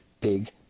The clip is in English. big